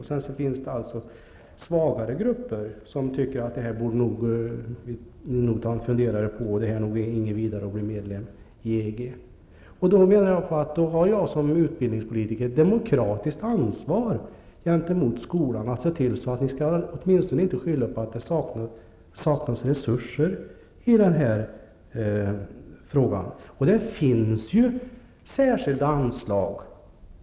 Sedan finns det svagare grupper som tycker att detta borde vi nog ta en funderare på och det nog inte är något vidare att bli medlem i EG. Då har jag som utbildningspolitiker ett demokratiskt ansvar gentemot skolan att se till att man åtminstone inte kan skylla på att det saknas resurser i den här frågan. Det finns ju särskilda anslag.